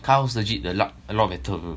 kyle's house legit the luck a lot better uh bro